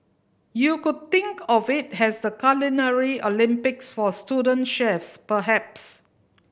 you could think of it has the Culinary Olympics for student chefs perhaps